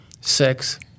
sex